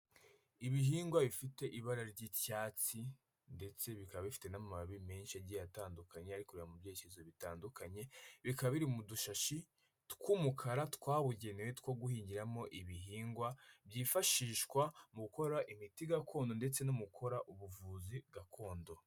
Ibihingwa bifite ibara ry'icyatsi ndetse bikaba bifite n'amababi menshi yagiye atandukanye ayi mu byerekezo bitandukanye bikaba biri mu dushashi tw'umukara twabugenewe two guhingiramo ibihingwa byifashishwa mu gukora imiti gakondo ndetse no mu gukora ubuvuzi gakondo.